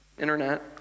internet